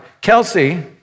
Kelsey